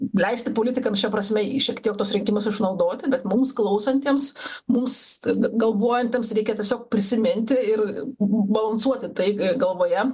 leisti politikam šia prasme šiek tiek tuos rinkimus išnaudoti bet mums klausantiems mūs galvojantiems reikia tiesiog prisiminti ir balansuoti tai galvoje